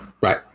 right